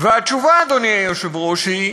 והתשובה, אדוני היושב-ראש, היא